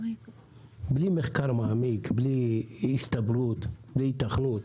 בלי מחקר מעמיק, בלי הסתברות, בלי היתכנות.